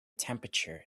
temperature